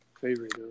favorite